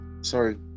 sorry